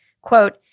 quote